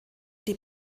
die